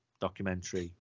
documentary